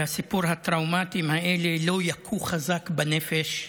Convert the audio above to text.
שהסיפורים הטראומטיים האלה לא יכו חזק בנפש,